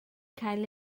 cael